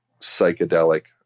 psychedelic